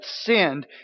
sinned